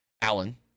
Allen